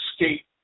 escape